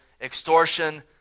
extortion